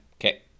Okay